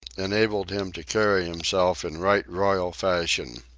enabled him to carry himself in right royal fashion.